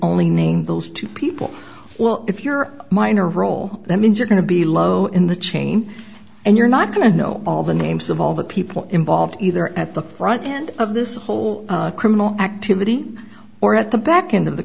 only name those two people well if you're a minor role that means you're going to be low in the chain and you're not going to know all the names of all the people involved either at the front end of this whole criminal activity or at the back end of the